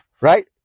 right